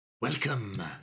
welcome